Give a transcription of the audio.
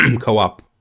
co-op